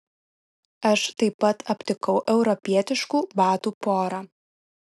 aš taip pat aptikau europietiškų batų porą